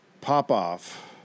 Popoff